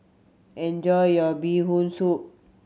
enjoy your Bee Hoon Soup